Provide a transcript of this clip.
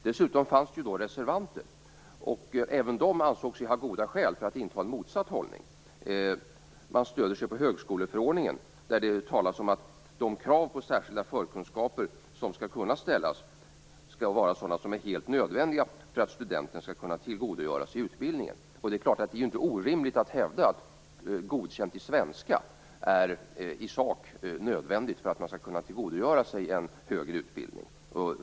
Dessutom fanns det reservanter, och även de ansåg sig ha goda skäl för att inta en motsatt hållning. Man stöder sig på högskoleförordningen, där det talas om att de krav på särskilda förkunskaper som skall kunna ställas skall vara sådana som är helt nödvändiga för att studenten skall kunna tillgodogöra sig utbildningen. Det är inte orimligt att hävda att godkänt betyg i svenska är i sak nödvändigt för att man skall kunna tillgodogöra sig en högre utbildning.